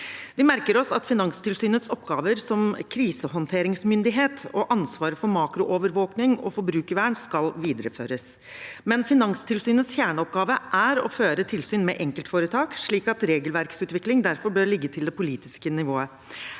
Vi merker oss at Finanstilsynets oppgaver som krisehåndteringsmyndighet og deres ansvar for makroovervåkning og forbrukervern skal videreføres, men Finanstilsynets kjerneoppgave er å føre tilsyn med enkeltforetak, og regelverksutvikling bør derfor ligge til det politiske nivået.